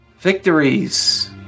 Victories